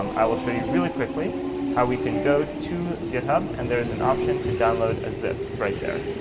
um i will show you really quickly how we can go to github, and there's an option to download a zip right there.